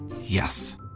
Yes